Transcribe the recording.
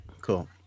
Cool